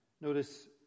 Notice